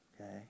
okay